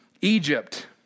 Egypt